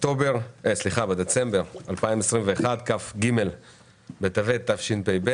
בדצמבר 2021, כ"ג בטבת התשפ"ב,